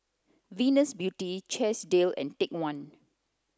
Venus Beauty Chesdale and Take One